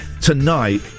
Tonight